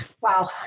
wow